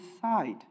side